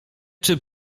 czy